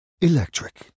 electric